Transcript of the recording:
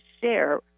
share